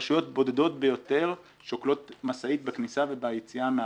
רשויות בודדות ביותר שוקלות משאית בכניסה וביציאה מהרשות.